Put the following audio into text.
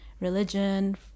religion